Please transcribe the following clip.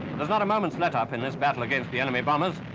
there's not a moment's let up in this battle against the enemy bombers.